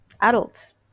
adults